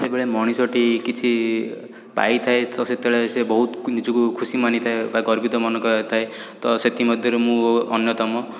ଯେତେବେଳେ ମଣିଷଟି କିଛି ପାଇଥାଏ ତ ସେତେବେଳେ ସେ ବହୁତ ନିଜକୁ ଖୁସି ମାନିଥାଏ ବା ଗର୍ବିତ ମନେ କରିଥାଏ ତ ସେଥିମଧ୍ୟରୁ ମୁଁ ଅନ୍ୟତମ